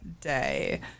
day